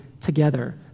together